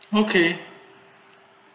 okay